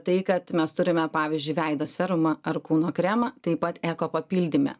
tai kad mes turime pavyzdžiui veido serumą ar kūno kremą taip pat eko papildyme